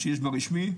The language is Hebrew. שיש ברשמי,